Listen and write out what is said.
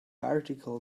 article